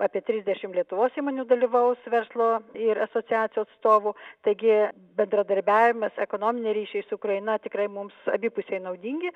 apie trisdešimt lietuvos įmonių dalyvaus verslo ir asociacijų atstovų taigi bendradarbiavimas ekonominiai ryšiai su ukraina tikrai mums abipusiai naudingi